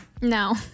No